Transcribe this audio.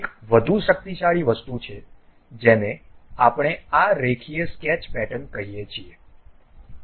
એક વધુ શક્તિશાળી વસ્તુ છે જેને આપણે આ રેખીય સ્કેચ પેટર્ન કહીએ છીએ